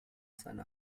seiner